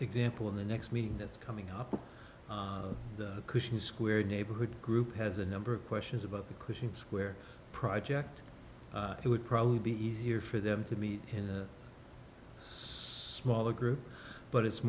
example in the next week that's coming up a cushion square neighborhood group has a number of questions about the cushing square project it would probably be easier for them to meet in a smaller group but it's